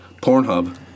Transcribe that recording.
Pornhub